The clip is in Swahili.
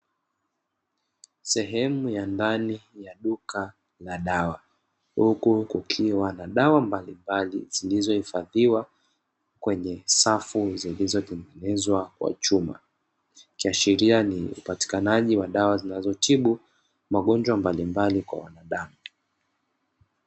Sehemu ya ndani ya duka la dawa, huku kukiwa na dawa mbalimbali zilizohifadhiwa kwenye safu zilizotengenezwa kwa chuma, ikiashiria ni upatikanaji wa dawa zinazotibu magonjwa mbalimbali kwa wanadamu.